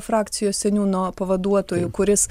frakcijos seniūno pavaduotoju kuris